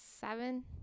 seven